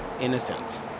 innocent